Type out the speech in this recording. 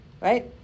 right